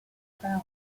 crown